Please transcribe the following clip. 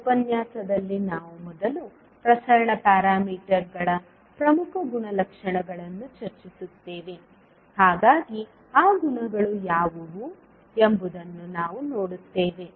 ಇಂದಿನ ಉಪನ್ಯಾಸದಲ್ಲಿ ನಾವು ಮೊದಲು ಪ್ರಸರಣ ಪ್ಯಾರಾಮೀಟರ್ಗಳ ಪ್ರಮುಖ ಗುಣಲಕ್ಷಣಗಳನ್ನು ಚರ್ಚಿಸುತ್ತೇವೆ ಹಾಗಾಗಿ ಆ ಗುಣಗಳು ಯಾವುವು ಎಂಬುದನ್ನು ನಾವು ನೋಡುತ್ತೇವೆ